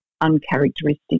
uncharacteristic